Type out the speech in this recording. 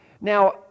Now